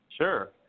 Sure